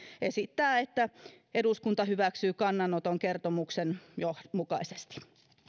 esittää että eduskunta hyväksyy kannanoton kertomuksen mukaisesti